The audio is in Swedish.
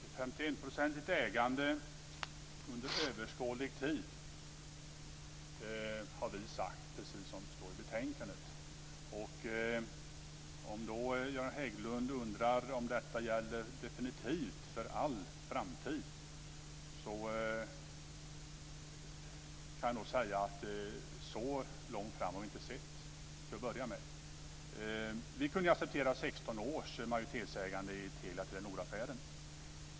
Fru talman! Vi har talat om 51-procentigt ägande under överskådlig tid, precis som det står i betänkandet. Om Göran Hägglund undrar om detta gäller definitivt och för all framtid kan jag nog säga att vi inte har sett så långt fram till att börja med. Vi kunde acceptera 16 års majoritetsägande i Telia-Telenoraffären.